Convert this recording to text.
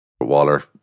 Waller